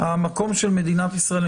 המקום של מדינת ישראל,